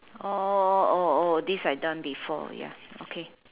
orh oh oh this I done before okay